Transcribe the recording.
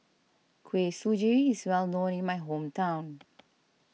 Kuih Suji is well known in my hometown